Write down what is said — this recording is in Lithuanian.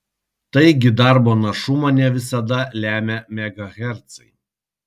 taigi darbo našumą ne visada lemia megahercai